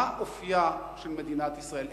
מה אופיה של מדינת ישראל,